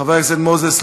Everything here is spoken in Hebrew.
חבר הכנסת מוזס,